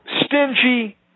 stingy